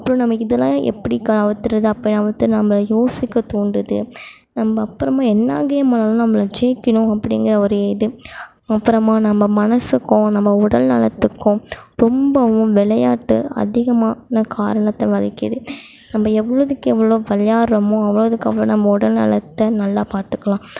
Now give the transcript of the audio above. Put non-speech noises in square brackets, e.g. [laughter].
அப்புறம் நமக்கு இதெல்லாம் எப்படி [unintelligible] அப்போ நம்ம யோசிக்க தூண்டுது நம்ம அப்புறமா என்ன கேம் விளையாண்டாலும் நம்ம ஜெயிக்கணும் அப்டிங்கிற ஒரு இது அப்புறமா நம்ம மனசுக்கும் நம்ம உடல்நலத்துக்கும் ரொம்பவும் விளையாட்டு அதிகமான காரணத்தை வகிக்குது நம்ம எவ்வளோதுக்கு எவ்வளோ விளையாடுறமோ அவ்வளோதுக்கு அவ்வளோ நம்ம உடல்நலத்தை நல்லா பார்த்துக்கலாம்